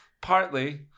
partly